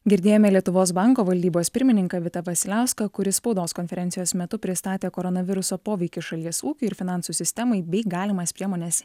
girdėjome lietuvos banko valdybos pirmininką vitą vasiliauską kuris spaudos konferencijos metu pristatė koronaviruso poveikį šalies ūkiui ir finansų sistemai bei galimas priemones